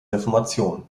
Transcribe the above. reformation